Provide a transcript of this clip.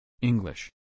English